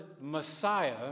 Messiah